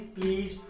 please